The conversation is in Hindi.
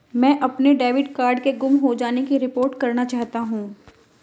मैं अपने डेबिट कार्ड के गुम हो जाने की रिपोर्ट करना चाहता हूँ